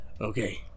Okay